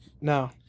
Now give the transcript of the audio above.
no